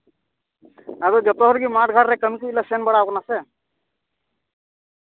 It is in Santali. ᱟᱫᱚ ᱡᱚᱛᱚ ᱦᱚᱲᱜᱮ ᱢᱟᱴᱷ ᱜᱷᱟᱴᱨᱮ ᱠᱟᱹᱢᱤ ᱠᱚ ᱞᱮ ᱥᱮᱱ ᱵᱟᱲᱟᱣ ᱠᱟᱱᱟ ᱥᱮ